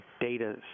data